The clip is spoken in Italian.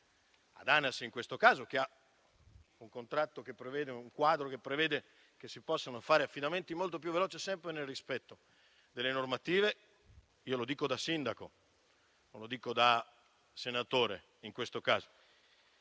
ad ANAS in questo caso - un quadro che prevede che si possano fare affidamenti molto più veloci, sempre nel rispetto delle normative - lo dico da sindaco, non da senatore in questo caso